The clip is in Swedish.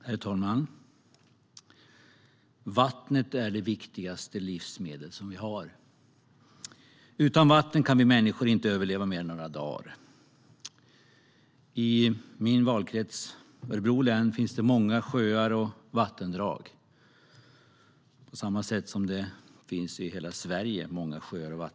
Herr talman! Vattnet är vårt viktigaste livsmedel. Utan vatten kan vi människor inte överleva mer än några dagar. I min valkrets, Örebro län, finns många sjöar och vattendrag, som det gör i hela Sverige.